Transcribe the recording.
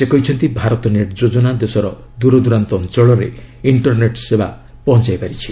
ସେ କହିଛନ୍ତି ଭାରତ ନେଟ୍ ଯୋଜନା ଦେଶର ଦୂରଦୂରାନ୍ତ ଅଞ୍ଚଳରେ ଇଷ୍କରନେଟ୍ ସେବା ପହଞ୍ଚାଇ ପାରିଛି